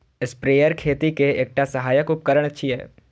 sprayer खेती के एकटा सहायक उपकरण छियै